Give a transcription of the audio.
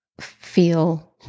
feel